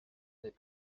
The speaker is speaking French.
n’est